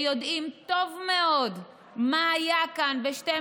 שיודעים טוב מאוד מה היה כאן ב-12